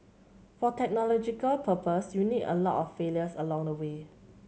for technological progress you need a lot of failures along the way